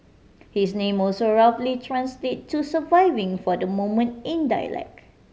his name also roughly translate to surviving for the moment in dialect